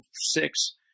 six